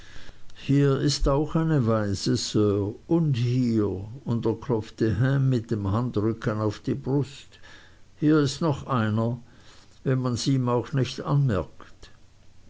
hier ist auch eine waise sir und hier und er klopfte ham mit dem handrücken auf die brust hier s noch einer wenn mans ihm auch nöch anmerkt